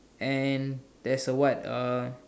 and there's a what uh